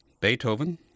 Beethoven